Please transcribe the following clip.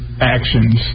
actions